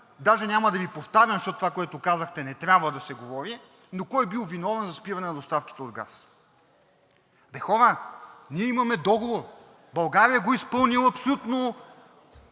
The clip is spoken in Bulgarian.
даже няма да Ви повтарям, защото това, което казахте, не трябва да се говори, но кой бил виновен за спиране на доставките от газ. Бе, хора, ние имаме договор. България го е изпълнила абсолютно